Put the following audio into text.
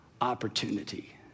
opportunity